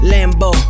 Lambo